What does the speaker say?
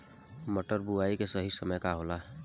मटर बुआई के सही समय का होला?